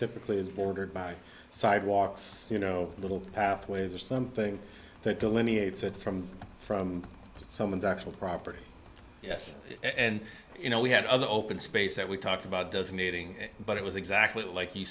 typically is bordered by sidewalks you know little pathways or something that delineates it from from someone's actual property yes and you know we had other open space that we talked about doesn't dating but it was exactly like